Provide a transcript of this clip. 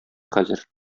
хәзер